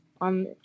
on